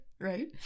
right